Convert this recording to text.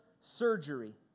surgery